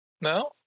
No